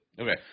Okay